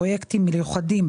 פרויקטים מיוחדים,